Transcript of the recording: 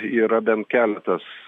yra bent keletas